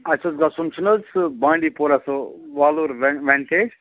اَسہِ اوس گژھُن چھِنہٕ حظ سُہ بانٛڈی پوٗرا سُہ وۅلُر وٮ۪نٹیج